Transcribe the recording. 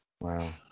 Wow